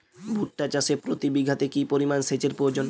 ভুট্টা চাষে প্রতি বিঘাতে কি পরিমান সেচের প্রয়োজন?